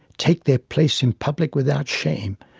take their place in public without shame,